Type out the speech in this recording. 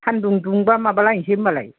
सानदुं दुंबा माबा लायसै होनबालाय